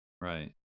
right